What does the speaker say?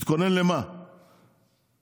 התכונן למה, לבדיקות?